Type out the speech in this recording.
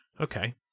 Okay